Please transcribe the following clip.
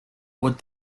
would